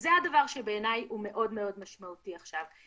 וזה הדבר שבעיניי הוא מאוד מאוד משמעותי עכשיו.